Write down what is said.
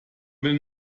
will